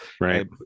Right